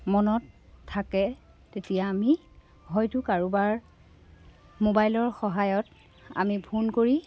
মনত থাকে তেতিয়া আমি হয়তো কাৰোবাৰ মোবাইলৰ সহায়ত আমি ফোন কৰি